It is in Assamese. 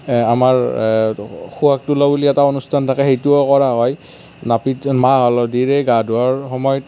আমাৰ সুৱাগ তোলা বুলি এটা অনুষ্ঠান থাকে সেইটোও কৰা হয় নাপিতে মাহ হালধিৰে গা ধোওৱাৰ সময়ত